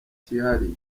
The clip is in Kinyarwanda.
cyihariye